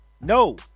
no